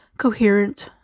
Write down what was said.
coherent